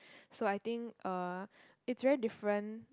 so I think uh it's very different